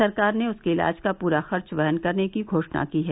सरकार ने उसके इलाज का पूरा खर्च वहन करने की घोषणा की है